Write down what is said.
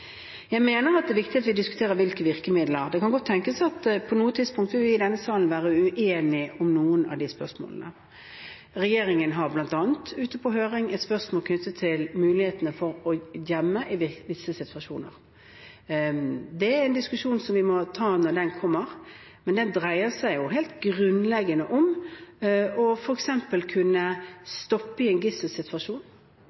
Jeg mener det er viktig at vi diskuterer hvilke virkemidler vi har, og det kan godt tenkes at vi i denne salen på et tidspunkt vil være uenige om noen av disse spørsmålene. Regjeringen har bl.a. ute på høring et spørsmål knyttet til mulighetene for å gjemme i visse situasjoner. Det er en diskusjon som vi må ta når den kommer, men den dreier seg jo helt grunnleggende om f.eks. å kunne stoppe kommunikasjonen inn og ut i en gisselsituasjon,